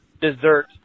dessert